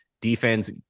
Defense